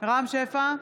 רם שפע,